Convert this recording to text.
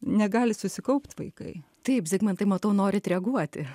negali susikaupt vaikai taip zigmantai matau norit reaguoti